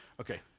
Okay